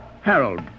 Harold